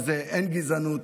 אין גזענות.